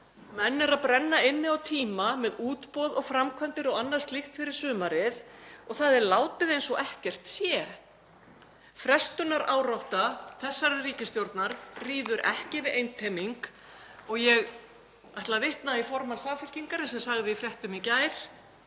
menn eru að brenna inni á tíma með útboð og framkvæmdir og annað slíkt fyrir sumarið og það er látið eins og ekkert sé. Frestunarárátta þessarar ríkisstjórnar ríður ekki við einteyming. Ég ætla að vitna í formann Samfylkingarinnar sem sagði í fréttum í gær: